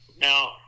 Now